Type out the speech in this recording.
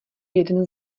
jeden